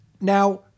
Now